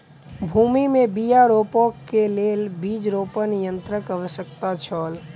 भूमि में बीया रोपअ के लेल बीज रोपण यन्त्रक आवश्यकता छल